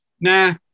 Nah